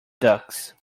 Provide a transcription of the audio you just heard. ducks